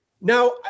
Now